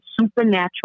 supernatural